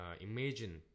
imagine